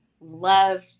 love